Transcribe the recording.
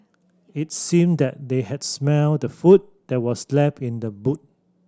it seemed that they had smelt the food that was left in the boot